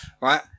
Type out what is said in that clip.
right